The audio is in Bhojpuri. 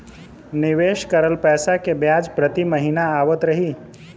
निवेश करल पैसा के ब्याज प्रति महीना आवत रही?